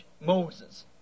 Moses